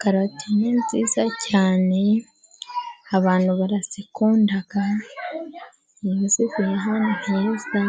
Karoti ni nziza cyane abantu barazikunda. Iyo zivuye ahantu heza